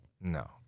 no